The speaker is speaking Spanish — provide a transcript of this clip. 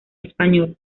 español